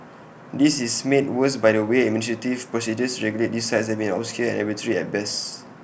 this is made worse by the way administrative processes to regulate these sites have been obscure and arbitrary at best